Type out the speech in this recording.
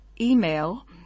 email